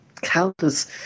countless